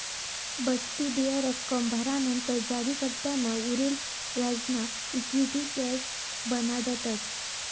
बठ्ठी देय रक्कम भरानंतर जारीकर्ताना उरेल व्याजना इक्विटी शेअर्स बनाडतस